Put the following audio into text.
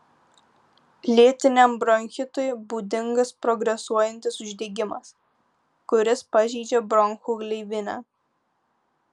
lėtiniam bronchitui būdingas progresuojantis uždegimas kuris pažeidžia bronchų gleivinę